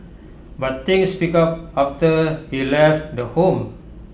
but things picked up after he left the home